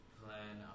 plan